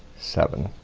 seven,